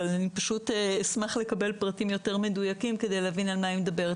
אבל אני פשוט אשמח לקבל פרטים יותר מדויקים כדי להבין על מה היא מדברת.